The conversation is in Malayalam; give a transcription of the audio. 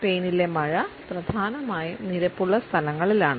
സ്പെയിനിലെ മഴ പ്രധാനമായും നിരപ്പുള്ള സ്ഥലങ്ങളിലാണ്